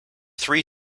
three